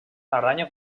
aranya